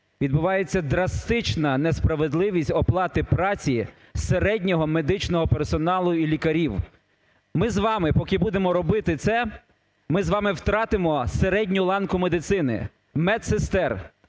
відбувається драстична несправедливість оплати праці середнього медичного персоналу і лікарів. Ми з вами поки будемо робити це, ми з вами втратимо середню ланку медицини, медсестер,